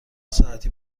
ساعتی